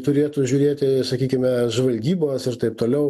turėtų žiūrėti sakykime žvalgybos ir taip toliau